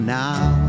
now